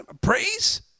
praise